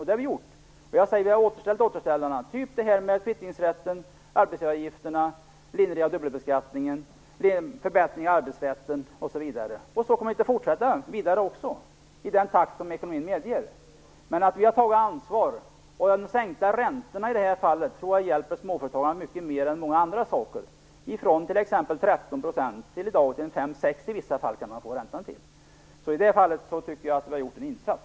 Det har vi gjort. Vi har återställt återställarna, t.ex. kvittningsrätten, arbetsgivaravgifterna, lindring av dubbelbeskattningen, förbättring av arbetsrätten osv. Så kommer vi att fortsätta i den takt som ekonomin medger. Vi har tagit ansvar. De sänkta räntorna, från 13 % till i vissa fall 5-6 %, tror jag i det här fallet hjälper småföretagarna mycket mer än många andra saker. I det fallet tycker jag att vi har gjort en insats.